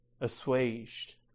assuaged